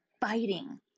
fighting